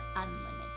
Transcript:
Unlimited